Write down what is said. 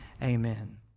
Amen